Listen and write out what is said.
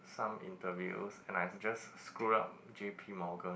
some interviews and I just screw up J_P Morgan